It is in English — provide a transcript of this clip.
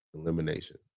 elimination